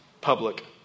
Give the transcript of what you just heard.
public